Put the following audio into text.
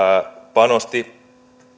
panosti